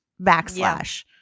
backslash